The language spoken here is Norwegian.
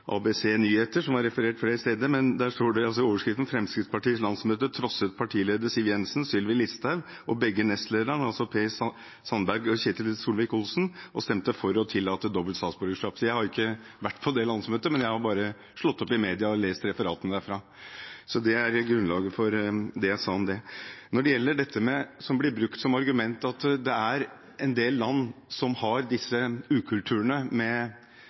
ABC Nyheter den 6. mai 2017, som har vært referert flere steder. Der står det i overskriften: «Fremskrittspartiets landsmøte trosset partileder Siv Jensen, Sylvi Listhaug og begge nestlederne» – altså Per Sandberg og Ketil Solvik-Olsen – «og stemte for å tillate dobbelt statsborgerskap.» Jeg var ikke på det landsmøtet, jeg har bare lest referatene derfra i media. Det er grunnlaget for det jeg sa om det. Når det gjelder det argumentet som blir brukt om at det er en del land som har denne ukulturen med